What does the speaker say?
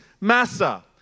Massa